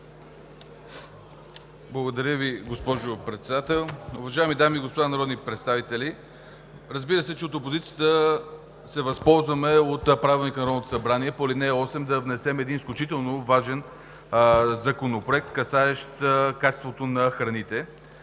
Благодаря Ви, госпожо Председател. Уважаеми дами и господа народни представители! Разбира се, че от опозицията се възползваме от Правилника на Народното събрание – по ал. 8 да внесем един изключително важен Законопроект, касаещ качеството на храните.